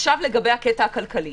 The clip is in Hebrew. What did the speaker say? לגבי הקטע הכלכלי,